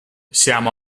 siamo